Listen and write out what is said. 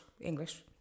English